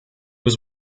was